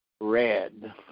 red